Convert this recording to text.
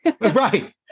Right